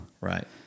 Right